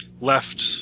left